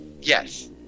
Yes